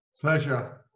Pleasure